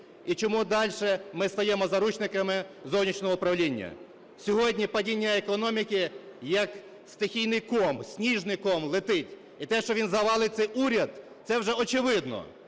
і чому дальше ми стаємо заручниками зовнішнього управління. Сьогодні падіння економіки як стихійний ком, сніжний ком летить і те, що він завалить цей уряд – це вже очевидно.